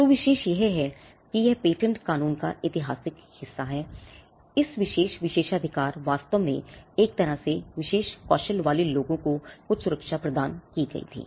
तो यह विशेष है कि यह पेटेंट कानून का ऐतिहासिक हिस्सा है इस विशेष विशेषाधिकार वास्तव में एक तरह से विशेष कौशल वाले लोगों को कुछ सुरक्षा प्रदान की गई थी